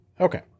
Okay